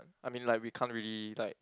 I mean like we can't really like